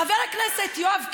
חבר הכנסת יואב קיש,